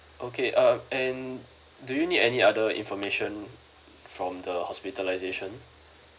okay uh and do you need any other information from the hospitalisation